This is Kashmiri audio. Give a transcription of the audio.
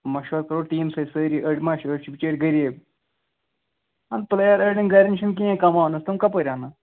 مَشوَر کَرو ٹیٖم سۭتۍ سٲری أڑۍ ما چھِ أڑۍ چھِ بِچٲرۍ غریب اہن پٕلیر اَڑٮ۪ن گَرٮ۪ن چھِنہٕ کِہیٖنۍ کَماونَس تِم کَپٲرۍ اَنَن